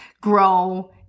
grow